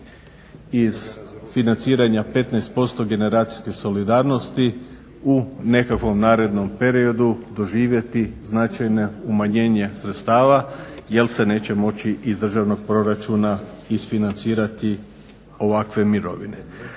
iz financiranja 15% generacijske solidarnosti u nekakvom narednom periodu doživjeti značajna umanjenja sredstava jer se neće moći iz državnog proračuna isfinancirati ovakve mirovine.